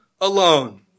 alone